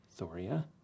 Thoria